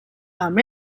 amb